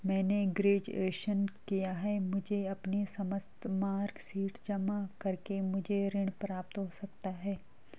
मैंने ग्रेजुएशन किया है मुझे अपनी समस्त मार्कशीट जमा करके मुझे ऋण प्राप्त हो सकता है?